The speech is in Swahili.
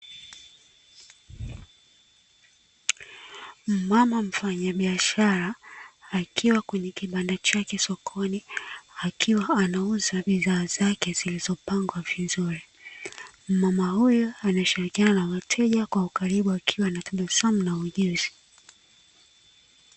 Mama mfanyabiashara akiwa kwenye kibanda chake sokoni, akiwa anauza bidhaa zake zilizopangwa vizuri. Mama huyu anashirikiana na wateja kwa ukaribu akiwa na tabasamu na ujuzi.